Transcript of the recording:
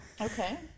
okay